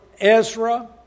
Ezra